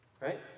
right